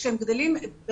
כשהם גדלים,